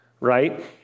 Right